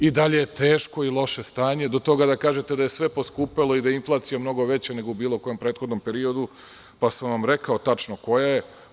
I dalje je teško i loše stanje, do toga da kažete da je sve poskupelo i da je inflacija mnogo veća nego u bilo kom prethodnom periodu, pa sam vam rekao tačno koja je inflacija.